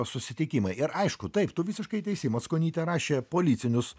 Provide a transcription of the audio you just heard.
susitikimai ir aišku taip tu visiškai teisi mackonytė rašė policinius